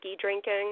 drinking